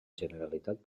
generalitat